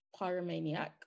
pyromaniac